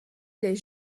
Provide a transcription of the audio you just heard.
les